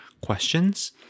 questions